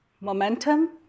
momentum